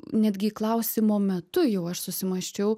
netgi klausimo metu jau aš susimąsčiau